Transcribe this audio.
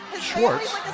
Schwartz